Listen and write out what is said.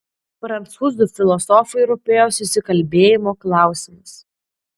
prancūzų filosofui rūpėjo susikalbėjimo klausimas